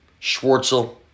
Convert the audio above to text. Schwartzel